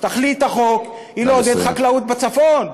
תכלית החוק היא לעודד חקלאות בצפון,